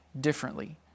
differently